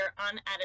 unedited